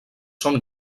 són